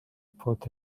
put